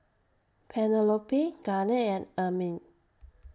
Penelope Garnett and Ermine